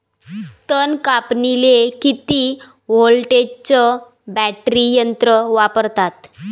तन कापनीले किती व्होल्टचं बॅटरी यंत्र वापरतात?